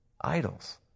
Idols